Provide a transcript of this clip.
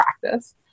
practice